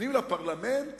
ונותנים לפרלמנט